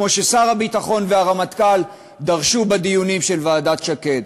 כמו ששר הביטחון והרמטכ"ל דרשו בדיונים של ועדת שקד.